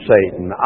Satan